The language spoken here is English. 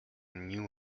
knew